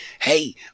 hey